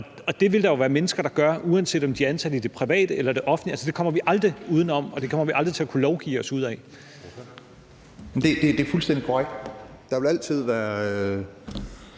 Og det vil der jo være mennesker der gør, uanset om de er ansat i det private eller i det offentlige, det kommer vi aldrig uden om, og det kommer vi aldrig til at kunne lovgive os ud af. Kl. 16:11 Anden næstformand (Jeppe